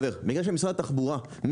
אלה יוכלו לגשת לבית משפט לתעבורה.